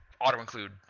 auto-include